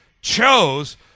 chose